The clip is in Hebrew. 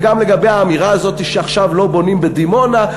וגם לגבי האמירה הזאת שעכשיו לא בונים בדימונה,